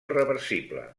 reversible